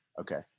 Okay